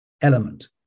element